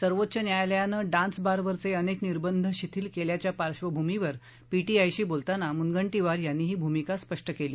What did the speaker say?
सर्वोच्च न्यायालयानं डान्स बारवरचे अनेक निर्बंध शिथिल केल्याच्या पार्श्वभूमीवर पीटीआयशी बोलताना मुनगंटीवार यांनी ही भूमिका स्पष्ट केली